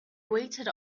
waited